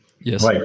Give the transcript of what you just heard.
Yes